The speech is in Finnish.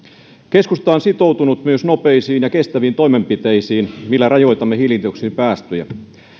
keskusta on sitoutunut myös nopeisiin ja kestäviin toimenpiteisiin millä rajoitamme hiilidioksidipäästöjä